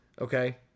Okay